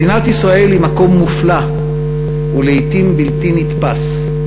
מדינת ישראל היא מקום מופלא ולעתים בלתי נתפס.